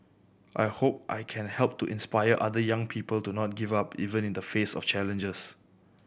I hope I can help to inspire other young people to not give up even in the face of challenges